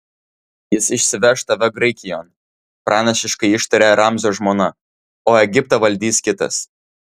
jis išsiveš tave graikijon pranašiškai ištarė ramzio žmona o egiptą valdys kitas